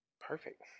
perfect